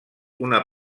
una